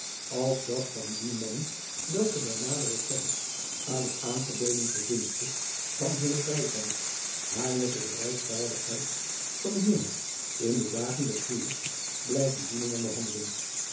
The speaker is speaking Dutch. als dat van die mannen welke bij nadere kennis aan het aangebeden godinnetje van hunnen vrijtijd haar met de bereidvaardigheid van den minnaar in de dagen des huwelijks blijven dienen en behandelen